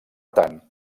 tant